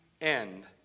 end